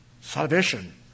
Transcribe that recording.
salvation